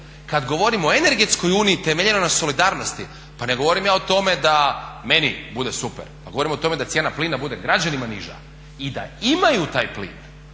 Kad govorimo o energetskoj uniji temeljeno na solidarnosti, pa ne govorim ja o tome da meni bude super, pa govorim o tome da cijena plina bude građanima niža i da imaju taj plin